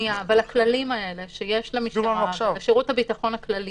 אבל הכללים האלה שיש למשטרה ולשירות הביטחון הכללים